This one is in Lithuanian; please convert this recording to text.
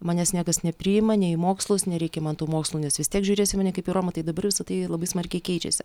manęs niekas nepriima nei į mokslus nereikia man tų mokslų nes vis tiek žiūrės į mane kaip į romą tai dabar visa tai labai smarkiai keičiasi